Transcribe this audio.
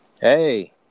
hey